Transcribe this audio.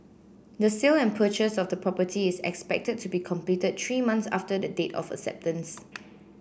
the sale and purchase of the property is expected to be completed three months after the date of acceptance